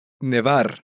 Nevar